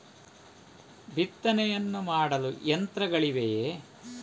ಬಿತ್ತನೆಯನ್ನು ಮಾಡಲು ಯಂತ್ರಗಳಿವೆಯೇ?